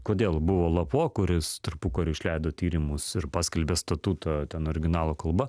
kodėl buvo lapo kuris tarpukariu išleido tyrimus ir paskelbė statuto ten originalo kalba